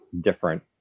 different